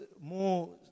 more